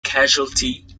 casualty